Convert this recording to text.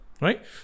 Right